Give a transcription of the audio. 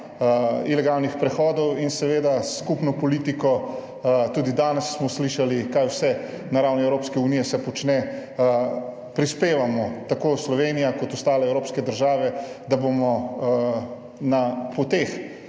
ilegalnih prehodov. In seveda s skupno politiko, tudi danes smo slišali kaj vse na ravni Evropske unije se počne, prispevamo tako Slovenija kot ostale evropske države, da bomo na poteh,